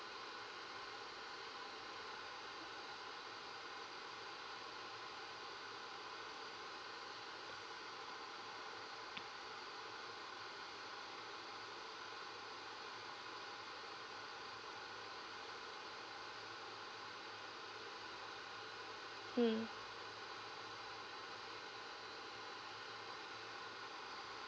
mm